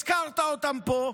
הזכרת אותם פה,